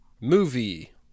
Movie